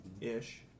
ish